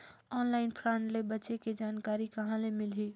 Online fraud ले बचे के जानकारी कहां ले मिलही?